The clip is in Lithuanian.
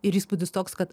ir įspūdis toks kad